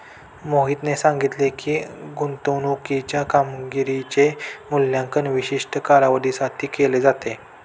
मोहितने सांगितले की, गुंतवणूकीच्या कामगिरीचे मूल्यांकन विशिष्ट कालावधीसाठी केले जाते